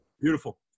Beautiful